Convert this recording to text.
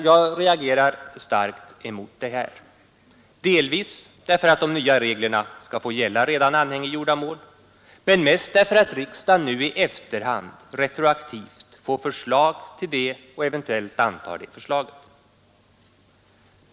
Jag reagerar starkt mot detta: delvis därför att de nya reglerna skall få gälla redan anhängiggjorda mål men mest därför att riksdagen nu i efterhand, retroaktivt, får förslag härom och eventuellt antar det förslaget.